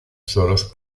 suelos